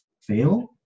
fail